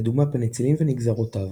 לדוגמה פניצילין ונגזרותיו,